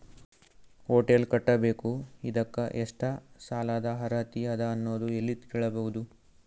Hotel ಕಟ್ಟಬೇಕು ಇದಕ್ಕ ಎಷ್ಟ ಸಾಲಾದ ಅರ್ಹತಿ ಅದ ಅನ್ನೋದು ಎಲ್ಲಿ ಕೇಳಬಹುದು?